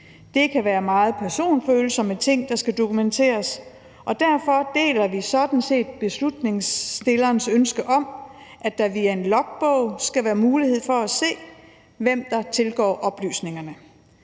Det kan være meget personfølsomme ting, der skal dokumenteres, og derfor deler vi sådan set forslagsstillernes ønske om, at der via en logbog skal være mulighed for at se, hvem der tilgår oplysningerne